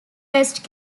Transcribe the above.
rest